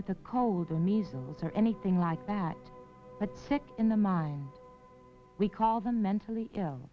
with a cold or measles or anything like that but sick in the mind we call the mentally ill